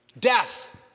Death